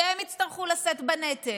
כי הם יצטרכו לשאת בנטל,